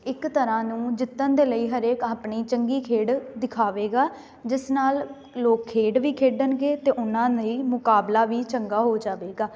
ਇੱਕ ਤਰ੍ਹਾਂ ਨੂੰ ਜਿੱਤਣ ਦੇ ਲਈ ਹਰੇਕ ਆਪਣੀ ਚੰਗੀ ਖੇਡ ਦਿਖਾਵੇਗਾ ਜਿਸ ਨਾਲ ਲੋਕ ਖੇਡ ਵੀ ਖੇਡਣਗੇ ਅਤੇ ਉਹਨਾਂ ਲਈ ਮੁਕਾਬਲਾ ਵੀ ਚੰਗਾ ਹੋ ਜਾਵੇਗਾ